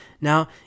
Now